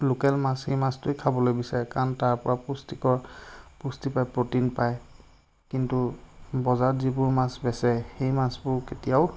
local মাছ সেই মাছটোৱেই খাবলৈ বিচাৰে কাৰণ তাৰ পৰা পুষ্টিকৰ পুষ্টি পায় প্ৰ'টিন পায় কিন্তু বজাৰত যিবোৰ মাছ বেচে সেই মাছবোৰ কেতিয়াও